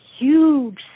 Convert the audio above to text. Huge